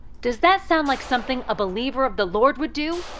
does that sound like something a believer of the lord would do?